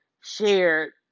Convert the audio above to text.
shared